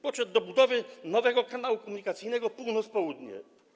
Podszedł do budowy nowego kanału komunikacyjnego północ - południe.